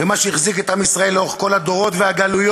ומה שהחזיק את עם ישראל לאורך כל הדורות והגלויות